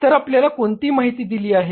तर आपल्याला कोणती माहिती दिली आहे